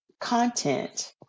content